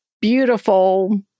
beautiful